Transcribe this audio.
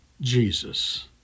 Jesus